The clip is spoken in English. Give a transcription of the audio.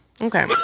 okay